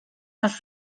más